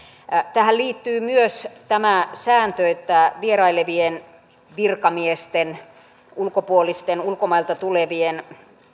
tähän liittyy myös sääntö että vierailevien virkamiesten ulkopuolisten ulkomailta tulevien